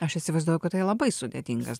aš įsivaizduoju kad tai labai sudėtingas